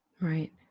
Right